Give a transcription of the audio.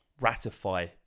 ratify